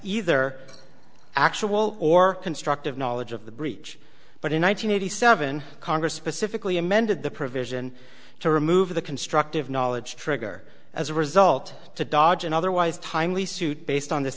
either actual or constructive knowledge of the breach but in one nine hundred eighty seven congress specifically amended the provision to remove the constructive knowledge trigger as a result to dodge and otherwise timely suit based on this